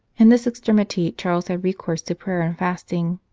in this extremity charles had recourse to prayer and fasting,